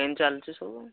ଏମିତି ଚାଲିଛି ସବୁ